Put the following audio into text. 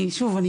כי שוב,